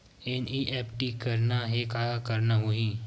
NEFT करना हे का करना होही?